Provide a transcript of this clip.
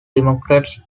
democrats